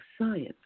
science